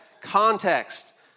context